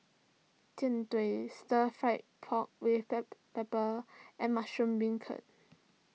Jian Dui Stir Fried Pork with Black Pepper and Mushroom Beancurd